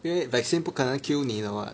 因为 vaccine 不可能 kill 你的 [what]